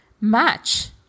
match